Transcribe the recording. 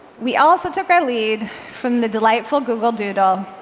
we also took our lead from the delightful google doodle,